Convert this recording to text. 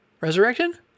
Resurrection